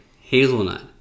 hazelnut